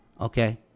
okay